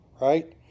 right